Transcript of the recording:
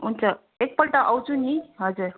हुन्छ एकपल्ट आउँछु नि हजुर